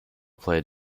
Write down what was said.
played